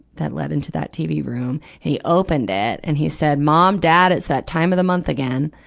that led into that tv room. he opened it and he said, mom, dad, it's that time of the month again.